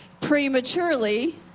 prematurely